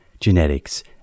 genetics